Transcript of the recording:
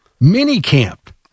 mini-camp